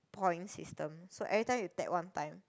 points system so every time you tap one time